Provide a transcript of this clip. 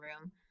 room